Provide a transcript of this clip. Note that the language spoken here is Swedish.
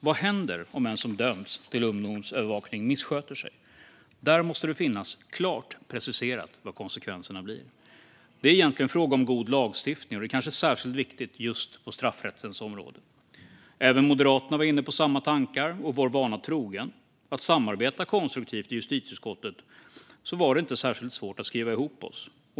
Vad händer om den som dömts till ungdomsövervakning missköter sig? Det måste klart preciseras vad konsekvenserna blir. Det är egentligen fråga om god lagstiftning, och det är kanske särskilt viktigt just på straffrättens område. Även Moderaterna var inne på samma tankar, och eftersom vi är vana att samarbeta konstruktivt i justitieutskottet var det inte särskilt svårt att skriva ihop oss.